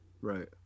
right